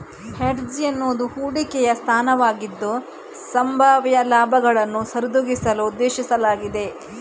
hedge ಎನ್ನುವುದು ಹೂಡಿಕೆಯ ಸ್ಥಾನವಾಗಿದ್ದು, ಸಂಭಾವ್ಯ ಲಾಭಗಳನ್ನು ಸರಿದೂಗಿಸಲು ಉದ್ದೇಶಿಸಲಾಗಿದೆ